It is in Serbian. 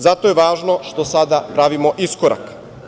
Zato je važno što sada pravimo iskorak.